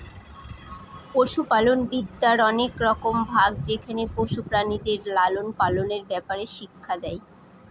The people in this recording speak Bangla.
পশুপালনবিদ্যার অনেক রকম ভাগ যেখানে পশু প্রাণীদের লালন পালনের ব্যাপারে শিক্ষা দেয়